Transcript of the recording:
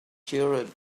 children